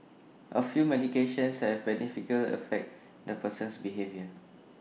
A few medications have some beneficial effects on the person's behaviour